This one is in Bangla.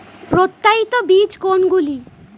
প্রত্যায়িত বীজ কোনগুলি?